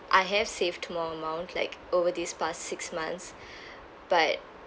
I have saved more amount like over these past six months but